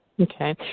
Okay